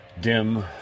dim